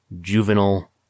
juvenile